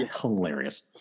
hilarious